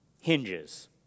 hinges